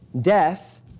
Death